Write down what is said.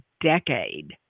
decade